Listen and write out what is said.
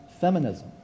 feminism